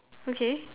okay